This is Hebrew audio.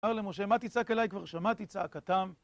אמר למשה, מה תצעק אליי? כבר שמעתי צעקתם